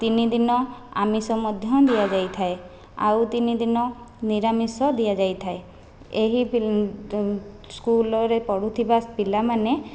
ତିନି ଦିନ ଆମିଷ ମଧ୍ୟ ଦିଆଯାଇଥାଏ ଆଉ ତିନି ଦିନ ନିରାମିଷ ଦିଆଯାଇଥାଏ ଏହି ସ୍କୁଲରେ ପଢ଼ୁଥିବା ପିଲାମାନେ